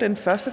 Den første,